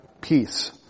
peace